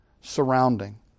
surrounding